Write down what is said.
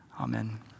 Amen